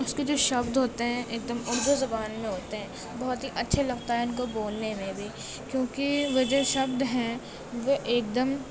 اس کے جو شبد ہوتے ہیں ایک دم اردو زبان میں ہوتے ہیں بہت ہی اچھے لگتا ہے ان کو بولنے میں بھی کیونکہ وہ جو شبد ہیں وہ ایک دم